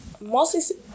mostly